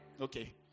Okay